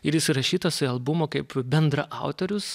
ir jis įrašytas į albumą kaip bendraautorius